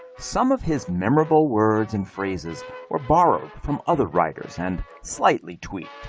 some of his memorable words and phrases were borrowed from other writers and slightly tweaked.